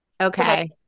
Okay